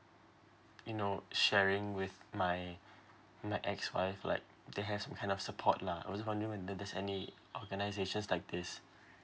you know sharing with my my ex wife like there has been kind of support lah I was wondering whether there's any organisations like this